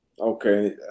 okay